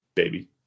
baby